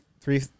three